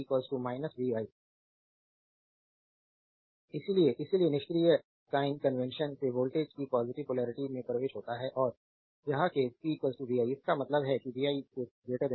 slide time देखें 1236 इसलिए इसलिए निष्क्रिय साइन कन्वेंशन से वोल्टेज की पॉजिटिव पोलेरिटी में प्रवेश होता है और यह केस p vi इसका मतलब है vi 0